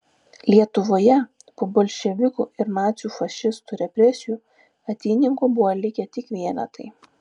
lietuvoje po bolševikų ir nacių fašistų represijų ateitininkų buvo likę tik vienetai